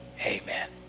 Amen